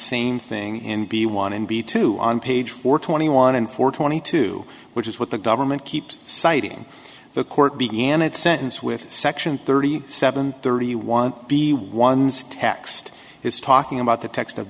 same thing in b one and b two on page four twenty one and four twenty two which is what the government keeps citing the court began it sentence with section thirty seven thirty one the ones text is talking about the text of